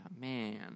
man